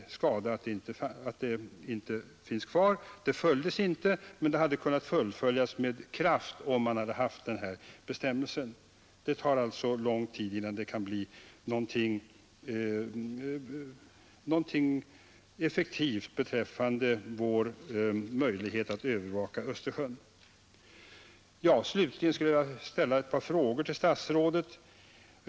Det är skada att det skyddet inte finns kvar. Det iakttogs visserligen inte, men det hade kunnat fullföljas med kraft om vi hade haft den här bestämmelsen. Det dröjer alltså länge innan vår möjlighet att övervaka Östersjön kan bli effektiv. Slutligen skulle jag vilja ställa ett par frågor till statsrådet.